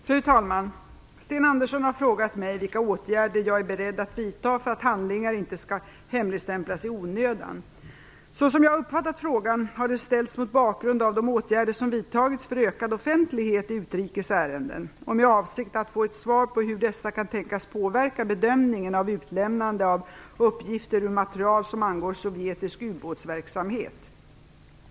Fru talman! Sten Andersson har frågat mig vilka åtgärder jag är beredd att vidta för att handlingar inte skall hemligstämplas i onödan. Så som jag har uppfattat frågan har den ställts mot bakgrund av de åtgärder som vidtagits för ökad offentlighet i utrikes ärenden och med avsikt att få ett svar på hur dessa kan tänkas påverka bedömningen av utlämnande av uppgifter ur material som angår sovjetisk u-båtsverksamhet.